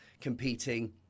competing